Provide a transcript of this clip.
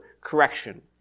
correction